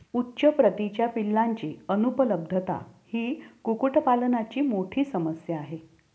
उच्च प्रतीच्या पिलांची अनुपलब्धता ही कुक्कुटपालनाची मोठी समस्या आहे